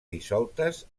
dissoltes